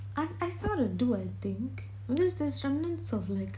I I saw the two I think one is this condense of like